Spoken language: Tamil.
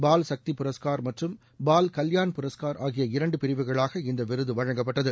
பால் சக்தி புரஸ்கார் மற்றும் பால் கல்யாண் புரஸ்கார் ஆகிய இரண்டு பிரிவுகளாக இந்த விருது வழங்கப்பட்டது